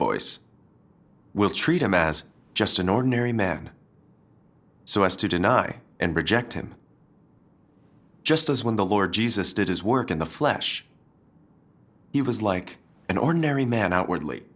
voice will treat him as just an ordinary man so as to deny and reject him just as when the lord jesus did his work in the flesh he was like an ordinary man